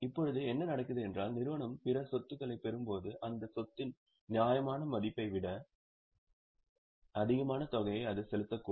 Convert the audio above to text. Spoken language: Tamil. இப்போது என்ன நடக்கிறது என்றால் நிறுவனம் பிற சொத்துக்களைப் பெறும்போது அந்த சொத்தின் நியாயமான மதிப்பை விட அதிகமான தொகையை அது செலுத்தக்கூடும்